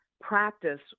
practice